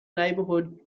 neighborhood